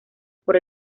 por